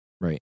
Right